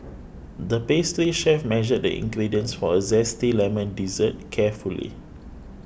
the pastry chef measured the ingredients for a Zesty Lemon Dessert carefully